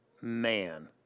man